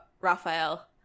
Raphael